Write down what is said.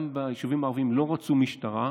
גם ביישובים הערביים לא רצו משטרה,